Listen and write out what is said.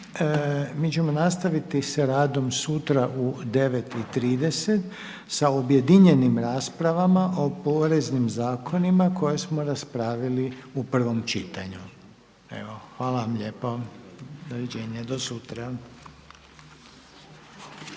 Mi ćemo nastaviti sa radom sutra u 9,30 sa objedinjenim raspravama o poreznim zakonima koje smo raspravili u prvom čitanju. Evo hvala vam lijepo. Doviđenja do sutra.